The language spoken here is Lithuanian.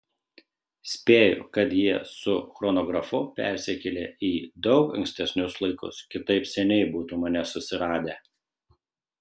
spėju kad jie su chronografu persikėlė į daug ankstesnius laikus kitaip seniai būtų mane susiradę